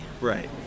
right